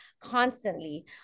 constantly